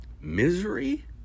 Misery